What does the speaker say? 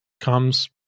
comes